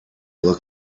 look